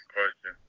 question